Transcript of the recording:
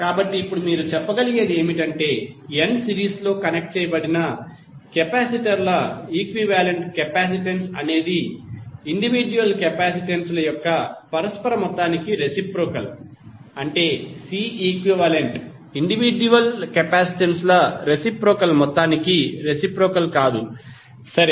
కాబట్టి ఇప్పుడు మీరు చెప్పగలిగేది ఏమిటంటే n సిరీస్ లో కనెక్ట్ చేయబడిన కెపాసిటర్ల ఈక్వివాలెంట్ కెపాసిటెన్స్ అనేది ఇండివిడ్యువల్ కెపాసిటెన్సుల యొక్క పరస్పర మొత్తానికి రెసిప్రొకల్ అంటే సి ఈక్వివాలెంట్ ఇండివిడ్యువల్ కెపాసిటెన్సుల రెసిప్రొకల్ మొత్తానికి రెసిప్రొకల్ కాదు సరే